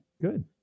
good